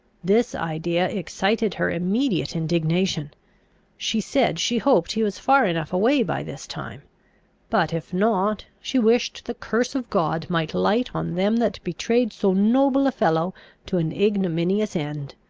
this idea excited her immediate indignation she said, she hoped he was far enough away by this time but if not, she wished the curse of god might light on them that betrayed so noble a fellow to an ignominious end